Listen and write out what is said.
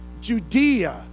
Judea